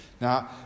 Now